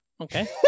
Okay